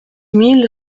mille